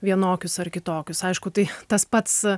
vienokius ar kitokius aišku tai tas pats